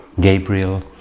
Gabriel